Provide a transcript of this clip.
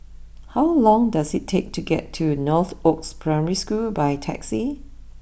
how long does it take to get to Northoaks Primary School by taxi